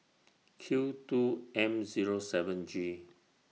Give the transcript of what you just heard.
Q two M Zero seven G